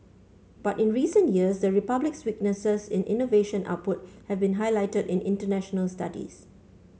but in recent years the Republic's weaknesses in innovation output have been highlighted in international studies